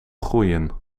groeien